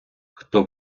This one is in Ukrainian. хто